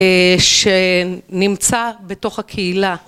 שנמצא בתוך הקהילה.